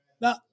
no